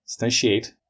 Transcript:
instantiate